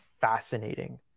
fascinating